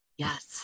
Yes